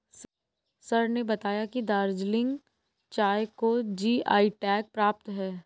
sir ने बताया कि दार्जिलिंग चाय को जी.आई टैग प्राप्त है